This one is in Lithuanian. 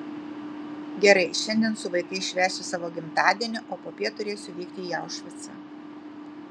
gerai šiandien su vaikais švęsiu savo gimtadienį o popiet turėsiu vykti į aušvicą